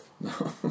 No